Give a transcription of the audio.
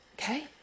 Okay